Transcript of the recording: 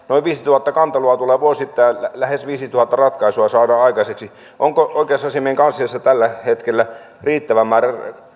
noin viisituhatta kantelua tulee vuosittain ja lähes viisituhatta ratkaisua saadaan aikaiseksi onko oikeusasiamiehen kansliassa tällä hetkellä riittävä määrä